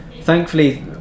Thankfully